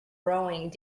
rowing